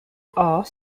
are